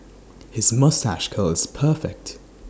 his moustache curl is perfect